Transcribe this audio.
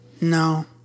No